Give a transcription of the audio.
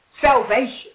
salvation